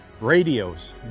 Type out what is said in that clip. radios